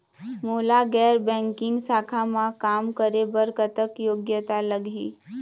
मोला गैर बैंकिंग शाखा मा काम करे बर कतक योग्यता लगही?